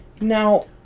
Now